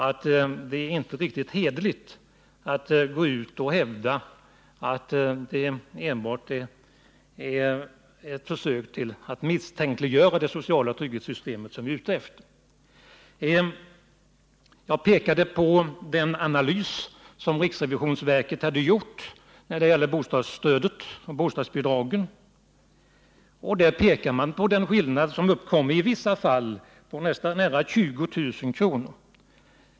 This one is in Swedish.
Det är inte riktigt hederligt att hävda att vi är ute för att försöka misstänkliggöra det sociala trygghetssystemet. Jag pekade vidare på den analys som riksrevisionsverket gjort av bostadsbidragen, där man påtalar överutbetalningar på upp till 20 000 kr.